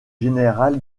général